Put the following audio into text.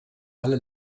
alle